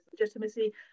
legitimacy